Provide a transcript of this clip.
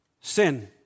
sin